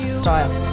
style